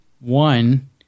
One